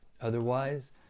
Otherwise